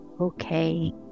okay